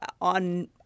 on